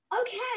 Okay